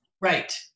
Right